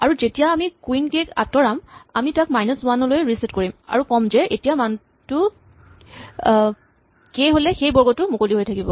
আৰু যেতিয়া আমি কুইন কে ক আঁতৰাম আমি তাক মাইনাচ ৱান লৈ ৰিছেট কৰিম আৰু ক'ম যে এতিয়া মানটো কে হ'লে সেই বৰ্গটো মুকলি হৈ থাকিব